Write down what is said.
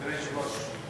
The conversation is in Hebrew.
אדוני היושב-ראש.